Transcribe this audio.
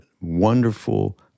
wonderful